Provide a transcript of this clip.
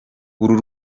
uru